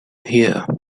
hear